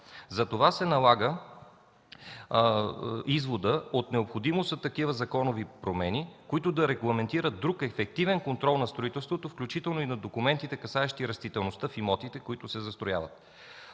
Затова се налага изводът за необходимост от такива законови промени, които да регламентират друг ефективен контрол на строителството, включително и на документите, касаещи растителността в имотите, които се застрояват.